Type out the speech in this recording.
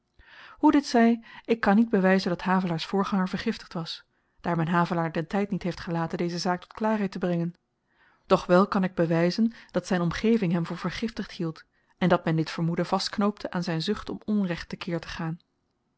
hoe dit zy ik kan niet bewyzen dat havelaars voorganger vergiftigd was daar men havelaar den tyd niet heeft gelaten deze zaak tot klaarheid te brengen doch wel kan ik bewyzen dat zyn omgeving hem voor vergiftigd hield en dat men dit vermoeden vastknoopte aan zyn zucht om onrecht te keer te gaan